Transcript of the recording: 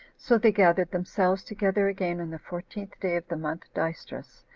so they gathered themselves together again on the fourteenth day of the month dystrus,